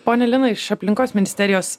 ponia lina iš aplinkos ministerijos